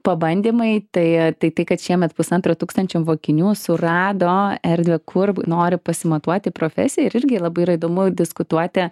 pabandymai tai tai tai kad šiemet pusantro tūkstančio mokinių surado erdvę kur nori pasimatuoti profesiją ir irgi labai yra įdomu diskutuoti